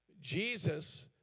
Jesus